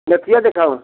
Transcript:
नथिया देखावैं